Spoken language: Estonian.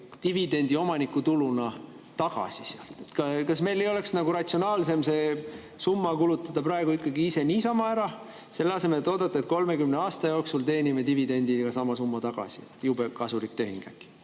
dividendi, omanikutuluna tagasi? Kas meil ei oleks ratsionaalsem see summa kulutada praegu ikkagi ise niisama ära, selle asemel, et oodata, et 30 aasta jooksul teenime dividendidega sama summa tagasi, et jube kasulik tehing äkki?